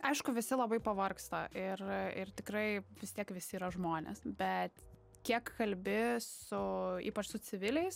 aišku visi labai pavargsta ir ir tikrai vis tiek visi yra žmonės bet kiek kalbi su ypač su civiliais